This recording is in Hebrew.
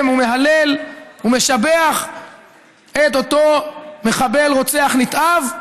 ומהלל ומשבח לאותו מחבל ורוצח נתעב,